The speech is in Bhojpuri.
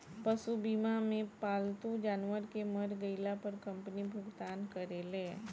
पशु बीमा मे पालतू जानवर के मर गईला पर कंपनी भुगतान करेले